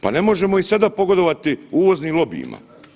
Pa ne možemo i sada pogodovati uvoznim lobijima.